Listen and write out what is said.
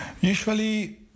Usually